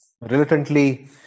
reluctantly